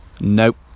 Nope